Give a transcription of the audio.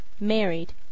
married